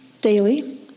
daily